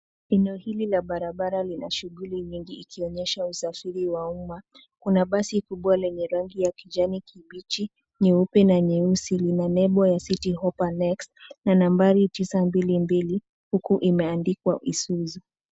Eneo hili la barabara lina shughuli nyingi ikionyesha usafiri wa umma. Kuna basi kubwa lenye rangi ya kijani kibichi, nyeupe na nyeusi. Lina nembo ya citi hoppa next na nambari tisa mbili mbili huku imeandikwa Isuzu.